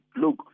look